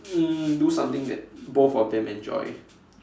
um do something that both of them enjoy